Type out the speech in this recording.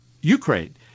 Ukraine